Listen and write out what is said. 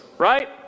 right